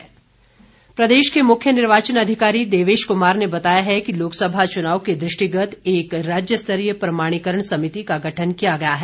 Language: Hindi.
निर्वाचन समिति प्रदेश के मुख्य निर्वाचन अधिकारी देवेश कुमार ने बताया है कि लोकसभा चुनाव के दृष्टिगत एक राज्य स्तरीय प्रमाणीकरण समिति का गठन किया गया है